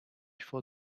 for